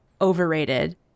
overrated